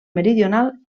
meridional